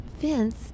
vince